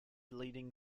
leading